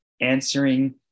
answering